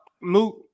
moot